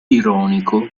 ironico